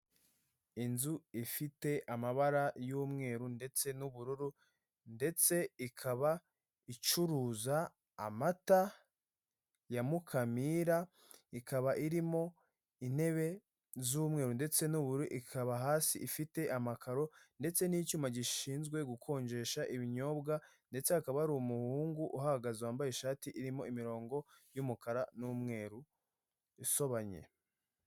Inzu ifite amabara y'umweru ndetse n'ubururu ndetse ikaba icuruza amata ya Mukamira, ikaba irimo intebe z'umweru ndetse n'ubururu ikaba hasi ifite amakaro ndetse n'icyuma gishinzwe gukonjesha ibinyobwa ndetse hakaba hari umuhungu uhagaze wambaye ishati irimo imirongo y'umukara n'umweru isobanye.